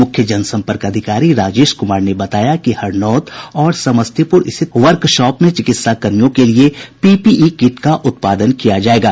मुख्य जनसंपर्क अधिकारी राजेश कुमार ने बताया कि हरनौत और समस्तीपुर स्थित वार्कशॉप में चिकित्साकर्मियों के लिए पीपीई किट का उत्पादन किया जायेगा